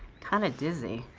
kind of dizzy.